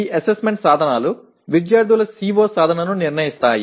ఈ అసెస్మెంట్ సాధనాలు విద్యార్థుల CO సాధనను నిర్ణయిస్తాయి